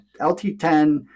LT10